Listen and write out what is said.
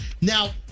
Now